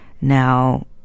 now